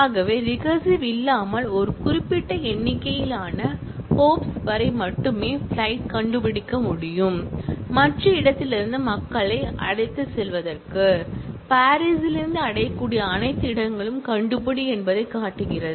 ஆகவே ரிகரசிவ் இல்லாமல் ஒரு குறிப்பிட்ட எண்ணிக்கையிலான ஹாப்ஸ் வரை மட்டுமே பிளைட் கண்டுபிடிக்க முடியுலிருந்து மற்ற இடத்திற்கு மக்களை அழைத்துச் செல்வது பாரிஸிலிருந்து அடையக்கூடிய அனைத்து இடங்களும் கண்டுபிடி என்பதைக் காட்டுகிறது